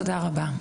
תודה רבה,